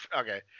okay